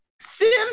sims